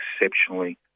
exceptionally